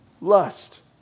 lust